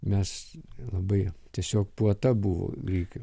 mes labai tiesiog puota buvo grikių